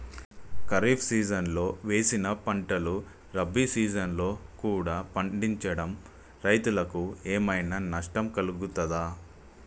ఖరీఫ్ సీజన్లో వేసిన పంటలు రబీ సీజన్లో కూడా పండించడం రైతులకు ఏమైనా నష్టం కలుగుతదా?